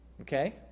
okay